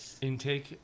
Intake